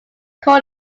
call